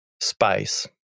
space